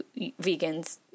vegans